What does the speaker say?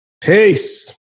Peace